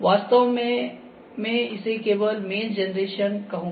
वास्तव में मैं इसे केवल मेश जनरेशन कहूंगा